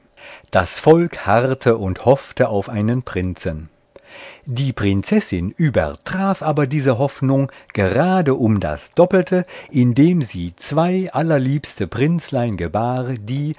das volk harrte und hoffte auf einen prinzen die prinzessin übertraf aber diese hoffnung gerade um das doppelte indem sie zwei allerliebste prinzlein gebar die